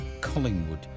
Collingwood